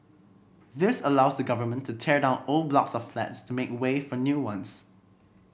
this allows the government to tear down old blocks of flats to make way for new ones